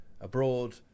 abroad